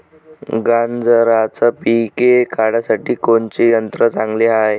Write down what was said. गांजराचं पिके काढासाठी कोनचे यंत्र चांगले हाय?